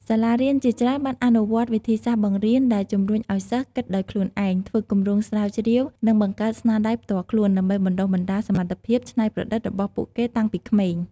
សាលារៀនជាច្រើនបានអនុវត្តវិធីសាស្ត្របង្រៀនដែលជំរុញឱ្យសិស្សគិតដោយខ្លួនឯង ធ្វើគម្រោងស្រាវជ្រាវ និងបង្កើតស្នាដៃផ្ទាល់ខ្លួន ដើម្បីបណ្ដុះបណ្ដាលសមត្ថភាពច្នៃប្រឌិតរបស់ពួកគេតាំងពីក្មេង។